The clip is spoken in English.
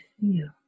feel